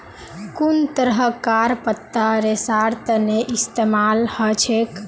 कुन तरहकार पत्ता रेशार तने इस्तेमाल हछेक